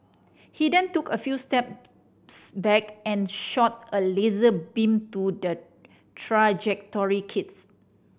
he then took a few steps back and shot a laser beam to the trajectory kit